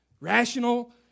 rational